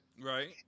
Right